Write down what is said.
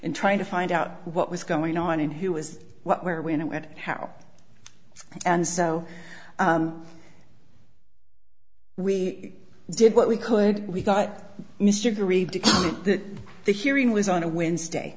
and trying to find out what was going on and who was what where when and how and so we did what we could we thought mr agreed to the hearing was on a wednesday